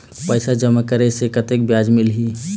पैसा जमा करे से कतेक ब्याज मिलही?